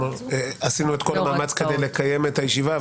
עשינו את כל המאמץ כדי לקיים את הישיבה,